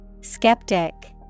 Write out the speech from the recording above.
Skeptic